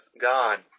God